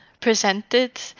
presented